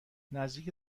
نزدیک